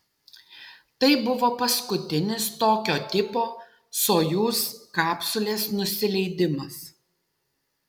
tai buvo paskutinis tokio tipo sojuz kapsulės nusileidimas